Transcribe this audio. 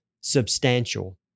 substantial